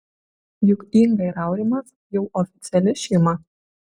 juk inga ir aurimas jau oficiali šeima